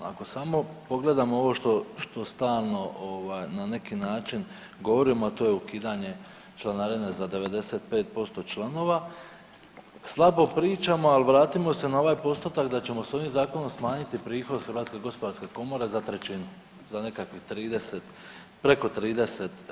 Ako samo pogledamo ovo što stalno na neki način govorimo, a to je ukidanje članarine za 95% članova slabo pričamo ali vratimo se na ovaj postotak da ćemo sa ovim zakonom smanjiti prihod Hrvatske gospodarske komore za trećinu, za nekakvih 30, preko 30%